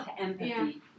empathy